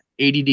ADD